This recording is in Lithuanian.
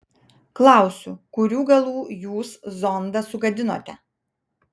klausiu kurių galų jūs zondą sugadinote